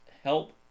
help